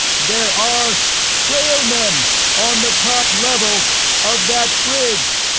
there are trailmen on the top level of that bridge!